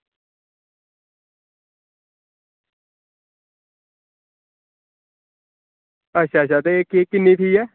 अच्छा अच्छा ते किन्नी फी ऐ